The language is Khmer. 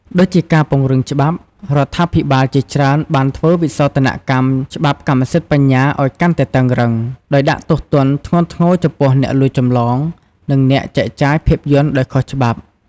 ដូចជាការពង្រឹងច្បាប់ រដ្ឋាភិបាលជាច្រើនបានធ្វើវិសោធនកម្មច្បាប់កម្មសិទ្ធិបញ្ញាឱ្យកាន់តែតឹងរ៉ឹង ដោយដាក់ទោសទណ្ឌធ្ងន់ធ្ងរចំពោះអ្នកលួចចម្លង និងអ្នកចែកចាយភាពយន្តដោយខុសច្បាប់។